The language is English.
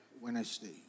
Wednesday